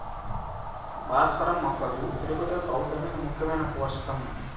భాస్వరం మొక్కల పెరుగుదలకు అవసరమైన ముఖ్యమైన పోషకం